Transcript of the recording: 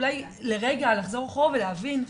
אולי לרגע לחזור אחורה ולהבין,